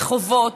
בחובות,